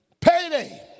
payday